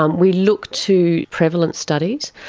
um we look to prevalence studies.